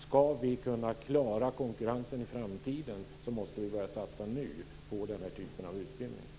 Ska vi kunna klara konkurrensen i framtiden, måste vi börja satsa på den här typen av utbildning nu.